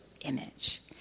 image